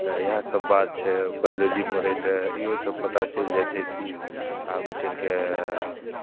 तऽ इएहसभ बात छै बाइलोजी पढ़यसँ इहोसभ पता चलि जाइ छै कि आगू चलि कऽ